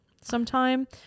sometime